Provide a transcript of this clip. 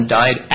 died